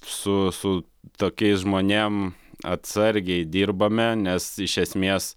su su tokiais žmonėm atsargiai dirbame nes iš esmės